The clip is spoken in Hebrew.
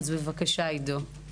עידו, בבקשה.